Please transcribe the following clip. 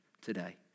today